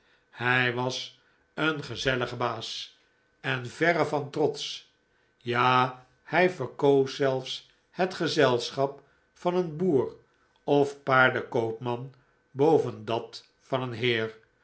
hij was een gezellige baas en verre van trotsch ja hij verkoos zelfs het gezelschap van een boer of paardenkoopman boven dat van een heer